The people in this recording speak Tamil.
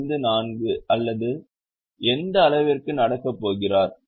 54 அல்லது எந்த அளவிற்கு நடக்கப் போகிறார்